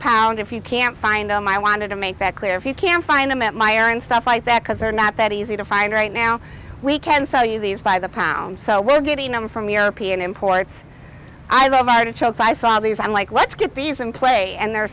pound if you can't find them i wanted to make that clear if you can find them at my and stuff like that because they're not that easy to find right now we can sell you these by the pound so we'll get the number from european imports i love artichokes i saw these i'm like let's get these in play and the